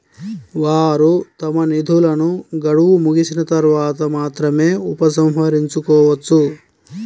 వారు తమ నిధులను గడువు ముగిసిన తర్వాత మాత్రమే ఉపసంహరించుకోవచ్చు